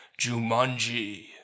Jumanji